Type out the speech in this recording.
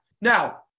Now